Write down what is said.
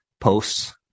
posts